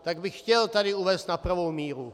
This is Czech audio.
Tak bych chtěl tady uvést na pravou míru.